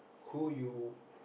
who you